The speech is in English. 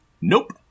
Nope